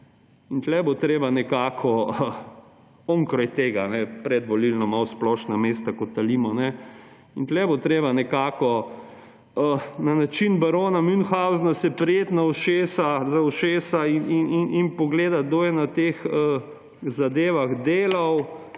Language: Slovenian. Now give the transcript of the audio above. Tu bo treba nekako onkraj tega, predvolilno malo splošna mesta kotalimo, in tu bo treba nekako na način barona Münchhausna se prijeti za ušesa in pogledati, kdo je na teh zadevah delal,